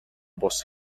бус